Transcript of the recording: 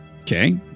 okay